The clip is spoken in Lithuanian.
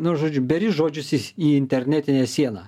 nu žodžiu beri žodžius į į internetinę sieną